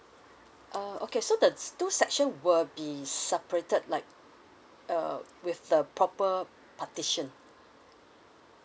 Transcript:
uh okay so the two section will be separated like uh with the proper partition